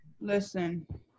Listen